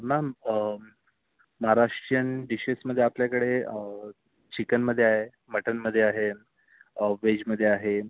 ma'am Maharashtrian डीशेशमध्ये आपल्याकडे चिकनमध्ये आहे मटनमध्ये आहे व्हेजमध्ये आहे